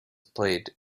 played